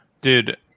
dude